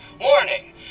warning